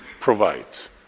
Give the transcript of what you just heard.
provides